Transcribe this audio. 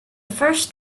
first